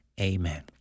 Amen